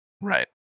Right